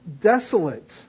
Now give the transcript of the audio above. desolate